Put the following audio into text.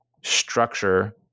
structure